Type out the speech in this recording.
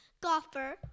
golfer